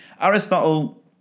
Aristotle